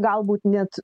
galbūt net